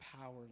power